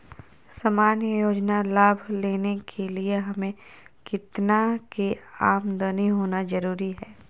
सामान्य योजना लाभ लेने के लिए हमें कितना के आमदनी होना जरूरी है?